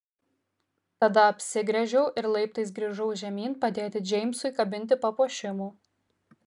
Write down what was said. tada apsigręžiau ir laiptais grįžau žemyn padėti džeimsui kabinti papuošimų